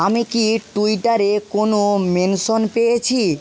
আমি কি টুইটারে কোনও মেনশন পেয়েছি